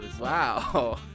Wow